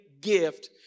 gift